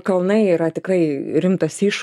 kalnai yra tikrai rimtas iššū